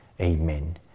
Amen